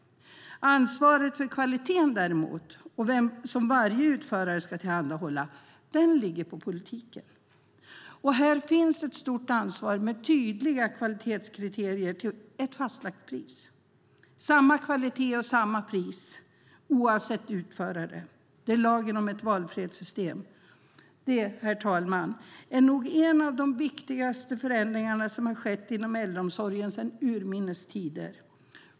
Ansvaret för den kvalitet som varje utförare ska tillhandahålla ligger däremot på politiken. Här finns ett stort ansvar med tydliga kvalitetskriterier till ett fastlagt pris. Lagen om valfrihetssystem innebär samma kvalitet och samma pris oavsett utförare. Det, herr talman, är nog en av de viktigaste förändringar som skett inom äldreomsorgen sedan urminnes tider.